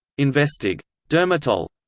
investig. dermatol.